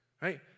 Right